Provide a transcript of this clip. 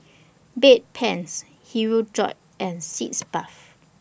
Bedpans Hirudoid and Sitz Bath